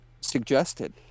suggested